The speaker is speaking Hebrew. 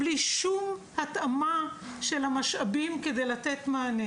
בלי שום התאמה של המשאבים כדי לתת מענה.